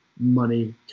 money